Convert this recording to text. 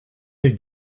they